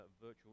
virtual